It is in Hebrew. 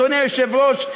אדוני היושב-ראש,